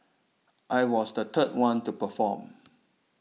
I was the third one to perform